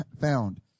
found